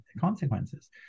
consequences